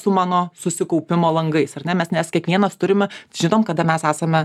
su mano susikaupimo langais ar ne mes nes kiekvienas turime žinom kada mes esame